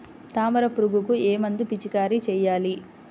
తామర పురుగుకు ఏ మందు పిచికారీ చేయాలి?